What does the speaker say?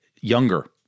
Younger